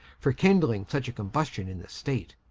for kindling such a combustion in the state.